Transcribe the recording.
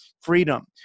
freedom